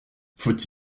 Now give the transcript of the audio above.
faut